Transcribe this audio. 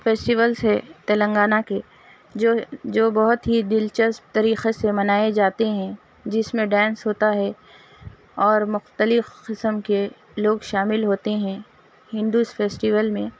festivals ہے تلنگانہ کے جو جو بہت ہی دلچسپ طریقے سے منائے جاتے ہیں جس میں ڈینس ہوتا ہے اور مختلف قسم کے لوگ شامل ہوتے ہیں ہندو فیسٹول میں